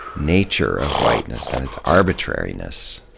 nature of whiteness, and its arbitrariness.